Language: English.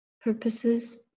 purposes